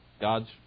God's